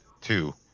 two